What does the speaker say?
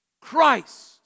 Christ